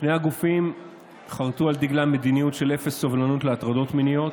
שני הגופים חרטו על דגלם מדיניות של אפס סובלנות להטרדות מיניות,